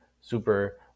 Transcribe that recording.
super